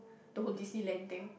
the whole Disneyland thing